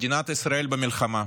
מדינת ישראל במלחמה,